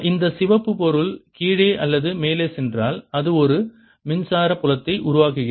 இந்த சிவப்பு பொருள் கீழே அல்லது மேலே சென்றால் அது ஒரு மின்சார புலத்தை உருவாக்குகிறது